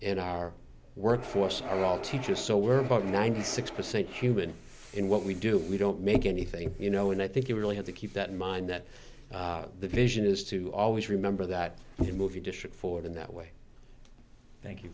and our workforce are all teachers so we're about ninety six percent human in what we do we don't make anything you know and i think you really have to keep that in mind that the vision is to always remember that movie district forward in that way thank you